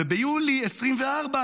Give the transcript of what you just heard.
וביולי 2024,